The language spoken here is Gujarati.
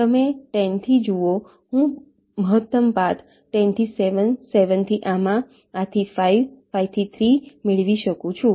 તમે 10 થી જુઓ હું મહત્તમ પાથ 10 થી 7 7 થી આમાં આ થી 5 5 થી 3 મેળવી શકું છું